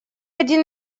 один